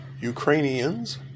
ukrainians